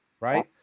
right